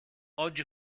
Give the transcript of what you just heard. oggi